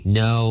no